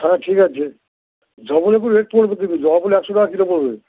হ্যাঁ ঠিক আছে জবা ফুলে একটু রেট পড়বে কিন্তু জবা ফুলে একশো টাকা করে পড়বে